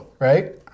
right